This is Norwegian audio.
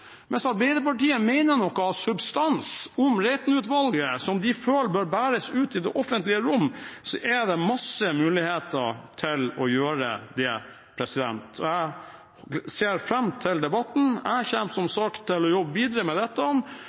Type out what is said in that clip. Arbeiderpartiet mener noe av substans om Reiten-utvalgets innstilling, som de føler bør bæres ut i det offentlige rom, er det mange muligheter til å gjøre det. Jeg ser fram til debatten. Jeg kommer som sagt til å jobbe videre med dette,